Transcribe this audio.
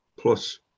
plus